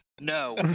No